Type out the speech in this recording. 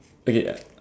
okay